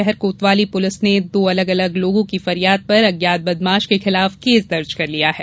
शहर कोतवाली पुलिस ने दो अलग अलग लोगों की फरियाद पर अज्ञात बदमाश के खिलाफ केस दर्ज कर लिया है